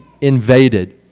invaded